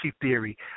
theory